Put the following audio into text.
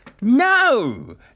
no